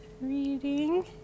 reading